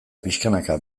pixkanaka